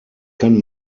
kann